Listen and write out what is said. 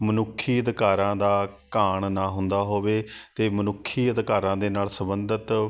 ਮਨੁੱਖੀ ਅਧਿਕਾਰਾਂ ਦਾ ਘਾਣ ਨਾ ਹੁੰਦਾ ਹੋਵੇ ਅਤੇ ਮਨੁੱਖੀ ਅਧਿਕਾਰਾਂ ਦੇ ਨਾਲ ਸੰਬੰਧਿਤ